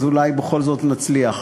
אז אולי בכל זאת נצליח.